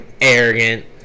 arrogant